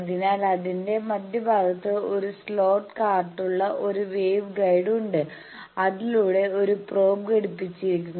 അതിനാൽ അതിന്റെ മധ്യഭാഗത്ത് ഒരു സ്ലോട്ട് കാർട്ടുള്ള ഒരു വേവ് ഗൈഡ് ഉണ്ട് അതിലൂടെ ഒരു പ്രോബ് ഘടിപ്പിച്ചിരിക്കുന്നു